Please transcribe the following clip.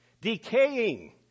Decaying